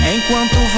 Enquanto